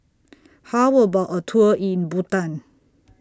How about A Tour in Bhutan